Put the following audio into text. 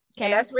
Okay